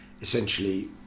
essentially